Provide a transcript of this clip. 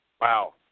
Wow